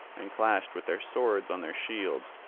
and clashed with their swords on their shields,